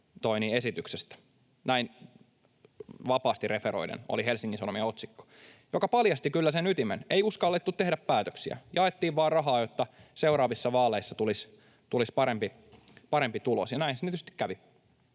näin vapaasti referoiden oli Helsingin Sanomien otsikko, joka paljasti kyllä sen ytimen: ei uskallettu tehdä päätöksiä, jaettiin vain rahaa, jotta seuraavissa vaaleissa tulisi parempi tulos, ja näin siinä tietysti kävi.